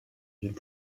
ville